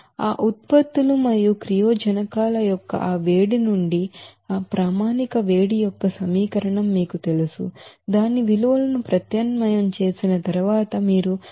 ఆ ఉత్పత్తులు మరియు రియాక్టన్స్ ల యొక్క ఆ వేడి నుండి ఆ స్టాండర్డ్ హీట్ యొక్క సమీకరణం మీకు తెలుసు దాని విలువలను ప్రత్యామ్నాయం చేసిన తరువాత మీరు 6588